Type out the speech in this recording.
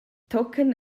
tochen